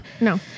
no